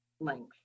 length